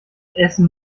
essen